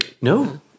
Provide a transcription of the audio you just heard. No